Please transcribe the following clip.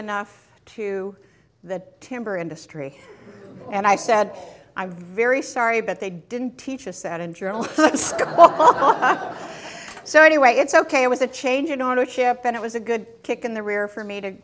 enough to the timber industry and i said i'm very sorry but they didn't teach a set in journals so anyway it's ok it was a change in ownership and it was a good kick in the rear for me to